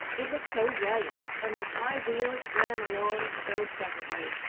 it was so light and the high wheels ran along so pleasantly.